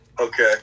Okay